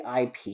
IP